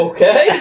Okay